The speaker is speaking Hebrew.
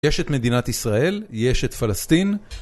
יש את מדינת ישראל, יש את פלסטין.